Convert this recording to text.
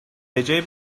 بجای